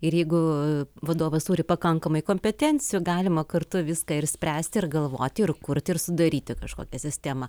ir jeigu vadovas turi pakankamai kompetencijų galima kartu viską ir spręsti ir galvoti ir kurti ir sudaryti kažkokią sistemą